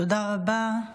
תודה רבה.